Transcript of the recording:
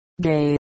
gay